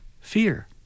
fear